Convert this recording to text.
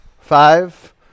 Five